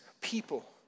people